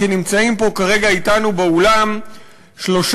כי נמצאים פה כרגע אתנו באולם שלושה